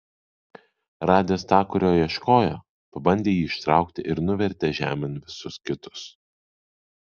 radęs tą kurio ieškojo pabandė jį ištraukti ir nuvertė žemėn visus kitus